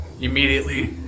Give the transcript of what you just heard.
immediately